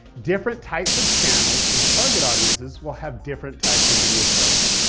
different types of channels and target audiences will have different types of video structure,